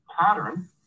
pattern